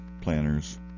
planners